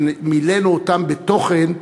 שמילאנו אותן בתוכן,